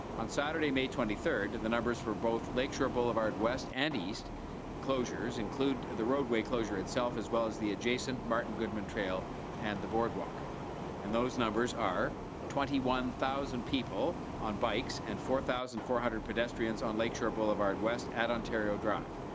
on saturday, may twenty third, the numbers for both lake shore boulevard west and east closures include the roadway closure itself, as well as the adjacent martin goodman trail and the boardwalk and those numbers are twenty one thousand people on bikes and four thousand four hundred pedestrians on lake shore boulevard west at ontario drive,